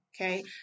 okay